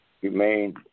humane